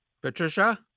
Patricia